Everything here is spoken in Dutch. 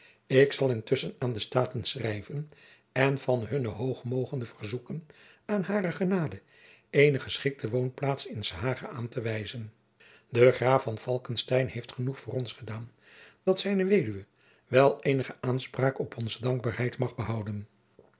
ik zal intusschen aan de staten schrijven en van hunne hoog mogende verzoeken aan hare genade eene geschikte woonplaats in s hage aan te wijzen de graaf van falckestein heeft genoeg voor ons gedaan dat zijne weduwe wel eenige aanspraak op onze dankbaarheid mag betouden